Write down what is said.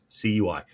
CUI